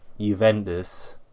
Juventus